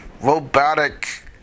robotic